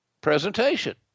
presentation